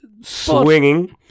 swinging